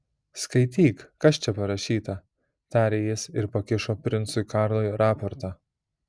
skaityk kas čia parašyta tarė jis ir pakišo princui karlui raportą